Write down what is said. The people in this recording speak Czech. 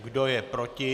Kdo je proti?